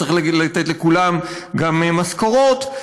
וצריך לתת לכולם גם משכורות.